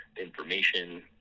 information